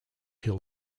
hill